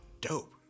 dope